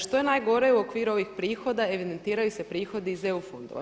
Što je najgore u okviru ovih prihoda evidentiraju se prihodi iz EU fondova.